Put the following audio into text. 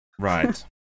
Right